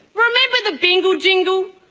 remember the bingle jingle,